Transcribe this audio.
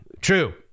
true